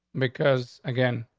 because again,